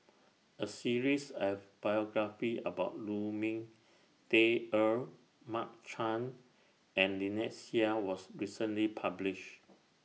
A series of biographies about Lu Ming Teh Earl Mark Chan and Lynnette Seah was recently published